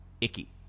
icky